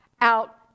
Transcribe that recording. out